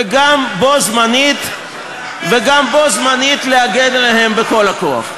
וגם בו-זמנית להגן עליהם בכל הכוח.